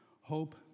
Hope